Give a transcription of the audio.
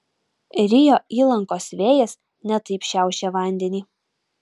rio įlankos vėjas ne taip šiaušė vandenį